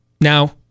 now